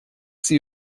sie